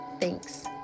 Thanks